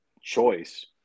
choice